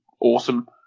awesome